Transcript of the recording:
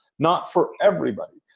not for everybody.